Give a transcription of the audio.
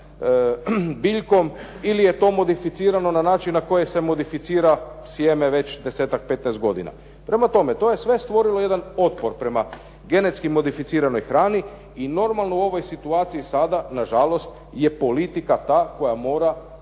biljkom ili je to modificirano na način na koje se modificira sjeme već desetak, petnaestak godina. Prema tome, to je sve stvorilo jedan otpor prema genetski modificiranoj hrani i normalno u ovoj situaciji sada na žalost je politika ta koja mora